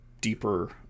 deeper